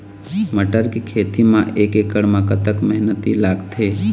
मटर के खेती म एक एकड़ म कतक मेहनती लागथे?